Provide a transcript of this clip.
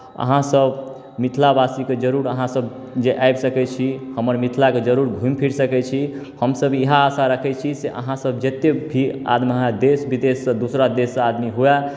अहाँसभ मिथिलावासीके जरूर अहाँसभ जे आबि सकै छी हमर मिथिलाके जरूर घुमि फिरि सकै छी हमसभ इएह आशा रखै छी से अहाँसभ जतेक भी आदमी हुए देश विदेशसँ दोसरा देशसँ आदमी हुए